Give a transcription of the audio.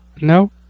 No